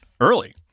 early